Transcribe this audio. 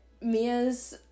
Mia's